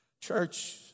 Church